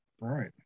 Right